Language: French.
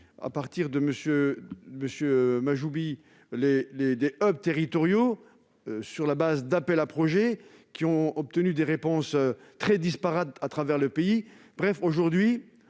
la mise en place de hubs territoriaux sur la base d'appels à projets qui ont obtenu des réponses très disparates à travers le pays.